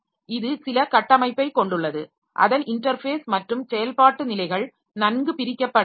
இது சில கட்டமைப்பைக் கொண்டுள்ளது அதன் இன்டர்ஃபேஸ் மற்றும் செயல்பாட்டு நிலைகள் நன்கு பிரிக்கப்படவில்லை